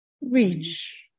reach